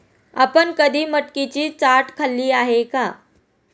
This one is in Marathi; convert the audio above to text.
आपण कधी मटकीची चाट खाल्ली आहे का?